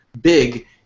big